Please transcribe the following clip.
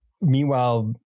Meanwhile